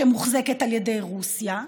שמוחזקת על ידי רוסיה?